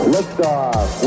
Liftoff